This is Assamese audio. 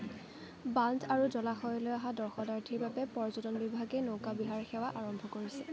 বান্ধ আৰু জলাশয়লৈ অহা দৰ্শনাৰ্থীৰ বাবে পৰ্যটন বিভাগে নৌকা বিহাৰ সেৱা আৰম্ভ কৰিছে